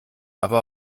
aber